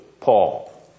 Paul